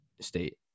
state